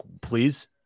please